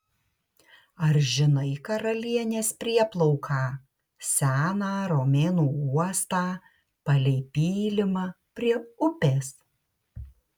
ar žinai karalienės prieplauką seną romėnų uostą palei pylimą prie upės